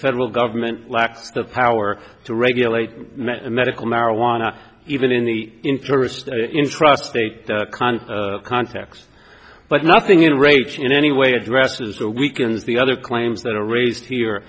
federal government lacked the power to regulate medical marijuana even in the interest in trust a kind of contacts but nothing in rates in any way addresses or weakens the other claims that are raised here